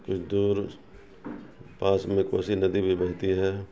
کچھ دور پاس میں کوسی ندی بھی بہتی ہے